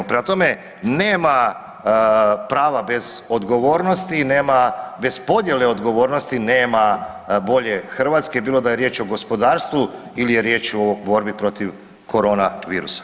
Prema tome, nema prava bez odgovornosti, nema bez podjele odgovornosti nema bolje Hrvatske, bilo da je riječ o gospodarstvu ili je riječ o borbi protiv korona virusa.